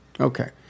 Okay